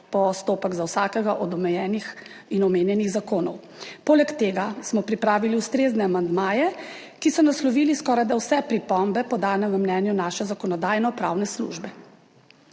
– 11.15** (Nadaljevanje) in omenjenih zakonov. Poleg tega smo pripravili ustrezne amandmaje, ki so naslovili skorajda vse pripombe podane v mnenju naše Zakonodajno-pravne službe.